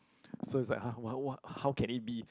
so it's like !huh! what what how can it be